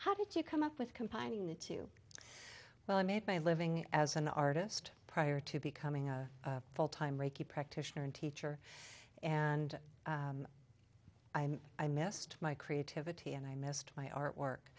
how did you come up with compiling the two well i made my living as an artist prior to becoming a full time reiki practitioner and teacher and i missed my creativity and i missed my artwork